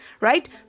right